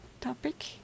topic